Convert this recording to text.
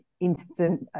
instant